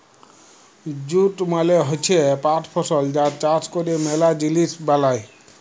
jute মালে হচ্যে পাট ফসল যার চাষ ক্যরে ম্যালা জিলিস বালাই